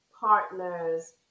partners